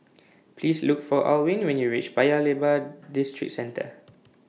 Please Look For Alwine when YOU REACH Paya Lebar Districentre